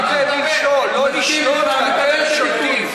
באתם למשול, לא לשלוט, ואתם שולטים.